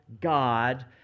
God